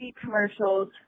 commercials